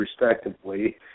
respectively